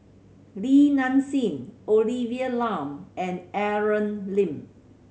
Li Nanxing Olivia Lum and Aaron Lee